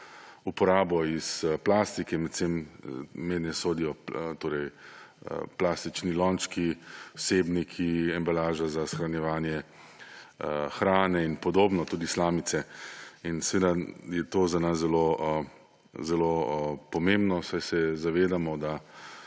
uporabo iz plastike. Mednje sodijo plastični lončki, vsebniki, embalaža za shranjevanje hrane in podobno, tudi slamice. To je za nas zelo pomembno, saj se zavedamo, da